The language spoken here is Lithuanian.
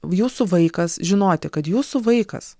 jūsų vaikas žinoti kad jūsų vaikas